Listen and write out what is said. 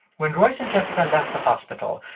when royce and jessica left the hospital,